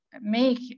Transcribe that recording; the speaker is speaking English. make